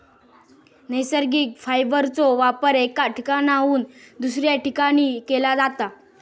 नैसर्गिक फायबरचो वापर एका ठिकाणाहून दुसऱ्या ठिकाणी केला जाता